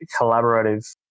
collaborative